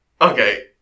Okay